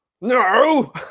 no